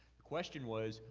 the question was,